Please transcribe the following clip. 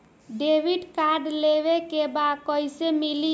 Debit card लेवे के बा कईसे मिली?